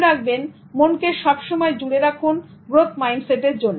মনে রাখবেন মনকে সবসময় জুড়ে রাখুন গ্রোথ মাইন্ডসেট এর জন্য